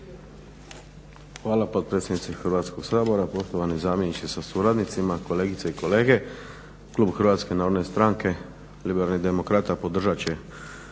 Hvala potpredsjednice Hrvatskog sabora, poštovani zamjeniče sa suradnicima, kolegice i kolege. Klub Hrvatske narodne stranke liberalnih demokrata podržat će